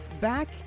back